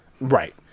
Right